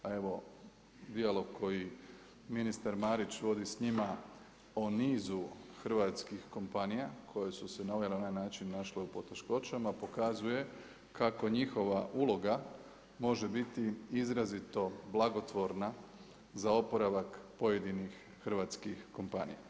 Pa evo, dijalog koji ministar Marić vodi s njima, o nizu hrvatskih kompanija, koje su se na ovaj ili onaj način našle u poteškoćama, pokazuje, kako njihova uloga može biti izrazito blagotvorna za oporavak pojedinih hrvatskih kompanija.